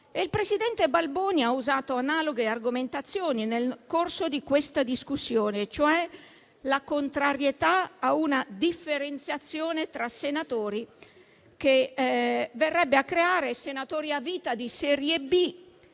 Il presidente Balboni ha usato analoghe argomentazioni nel corso di questa discussione, e cioè la contrarietà a una differenziazione tra senatori che verrebbe a creare senatori a vita di serie B,